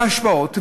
בהשוואות,